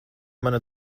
mana